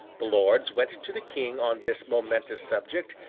the lords went to the king on this momentous subject,